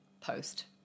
post